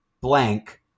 blank